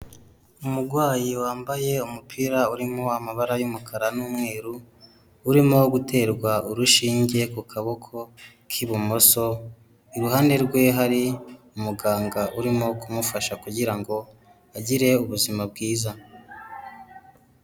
Umurwayi wambaye umupira urimo amabara y'umukara n'umweru, urimo guterwa urushinge ku kaboko k'ibumoso, iruhande rwe hari umuganga urimo kumufasha kugira ngo agire ubuzima bwiza.